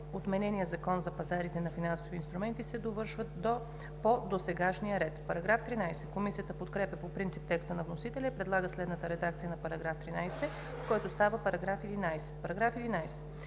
отменения Закон за пазарите на финансови инструменти се довършват по досегашния ред.“ Комисията подкрепя по принцип текста на вносителя и предлага следната редакция на § 13, който става § 11: „§ 11.